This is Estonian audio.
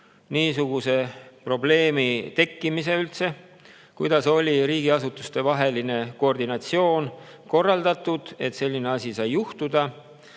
niisuguse probleemi tekkimise. Kuidas oli riigiasutustevaheline koordinatsioon korraldatud, et selline asi sai juhtuda?